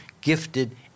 gifted